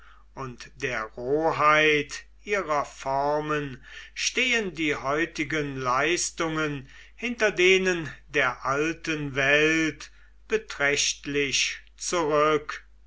und der roheit ihrer formen stehen die heutigen leistungen hinter denen der alten welt beträchtlich zurück